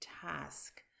task